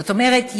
זאת אומרת,